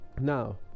Now